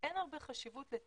לטעמי אין הרבה חשיבות אם